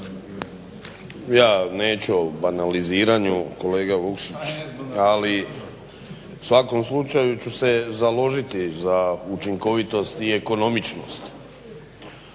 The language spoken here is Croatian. Ja neću o banaliziranju kolega Vukšić, ali u svakom slučaju ću se založiti za učinkovitost i ekonomičnost.